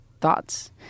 thoughts